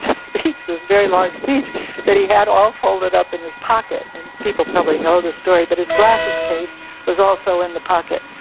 this very large speech that he had all folded up in his pocket and people probably know the story, but his glasses case was also in the pocket,